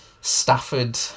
Stafford